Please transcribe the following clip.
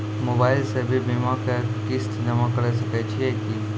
Mobile से भी बीमा के किस्त जमा करै सकैय छियै कि?